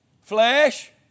Flesh